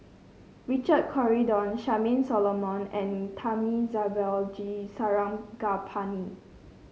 Richard Corridon Charmaine Solomon and Thamizhavel G Sarangapani